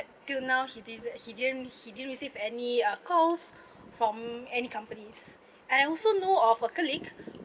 till now he didn't he didn't he didn't receive any uh calls from any companies and I also know of a colleague